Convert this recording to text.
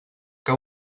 que